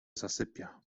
zasypia